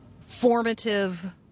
formative